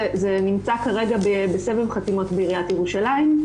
זה נמצא כרגע בסבב חתימות בעיריית ירושלים.